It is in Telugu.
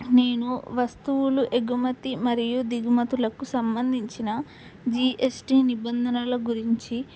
నేను వస్తువులు ఎగుమతి మరియు దిగుమతులకు సంబంధించిన జిఎస్టి నిబంధనల గురించి